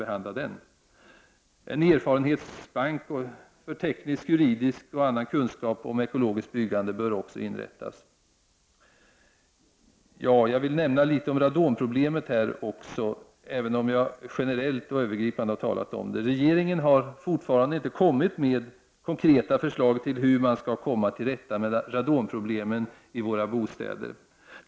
En erfarenhetsbank för teknisk, juridisk och annan kunskap om ekologiskt byggande bör också inrättas. Jag vill också säga några ord om radonproblemet, även om jag generellt och övergripande redan har talat om det. Regeringen har fortfarande inte kommit med konkreta förslag till hur man skall komma till rätta med radonproblemen i våra bostäder.